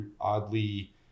oddly